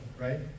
right